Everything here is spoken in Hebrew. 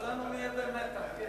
כולנו נהיה במתח.